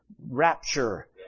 rapture